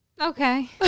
Okay